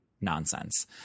nonsense